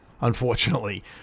unfortunately